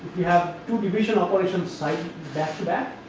we have two division operation sign back to back,